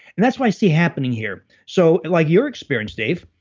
and that's what i see happening here. so like your experience dave,